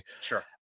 Sure